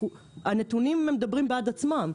הנתונים מדברים בעד עצמם,